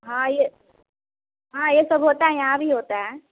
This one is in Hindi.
हाँ यह हाँ यह सब होता है यहाँ भी होता है